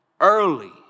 Early